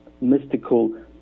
mystical